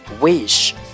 wish